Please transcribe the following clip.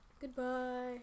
Goodbye